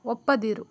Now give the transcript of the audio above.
ಒಪ್ಪದಿರು